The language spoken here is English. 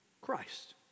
Christ